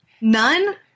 None